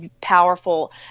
powerful